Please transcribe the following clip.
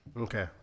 Okay